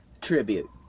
Tribute